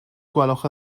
gwelwch